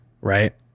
right